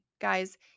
guys